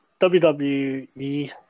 WWE